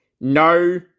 no